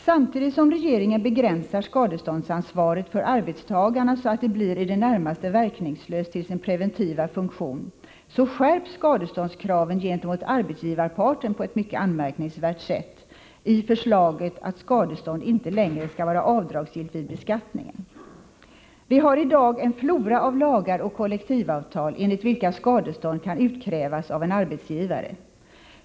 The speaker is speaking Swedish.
Samtidigt som regeringen begränsar skadeståndsansvaret för arbetstagarna så att det blir i det närmaste verkningslöst till sin preventiva funktion skärps skadeståndskraven gentemot arbetsgivarparten på ett mycket anmärkningsvärt sätt i förslaget att skadestånd inte längre skall vara avdragsgillt vid beskattningen. Vi har i dag en flora av lagar och kollektivavtal enligt vilka skadestånd kan utkrävas av en arbetsgivare.